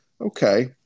Okay